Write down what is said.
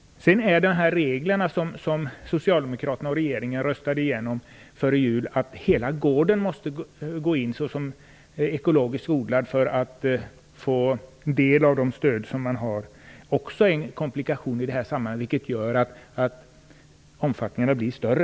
De regler som socialdemokraterna och regeringen röstade igenom före jul innebär att hela gården måste gå in för ekologisk odling för att få del av de stöd som finns. Det är också en komplikation i sammanhanget, som gör att omfattningen blir större.